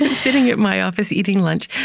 ah sitting at my office, eating lunch,